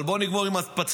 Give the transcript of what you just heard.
אבל בואו נגמור עם הפצ"רית.